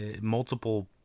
multiple